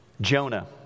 Jonah